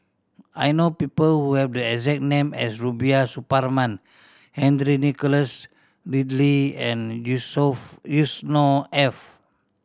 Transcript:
I know people who have the exact name as Rubiah Suparman Henry Nicholas Ridley and Yourself Yusnor Ef